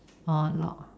orh log ah